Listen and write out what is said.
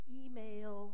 email